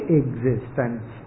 existence